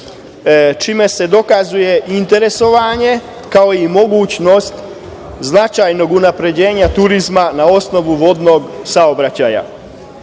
čime se dokazuje interesovanje, kao i mogućnost značajnog unapređenja turizma na osnovu vodnog saobraćaja. Strategijom